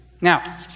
Now